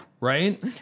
Right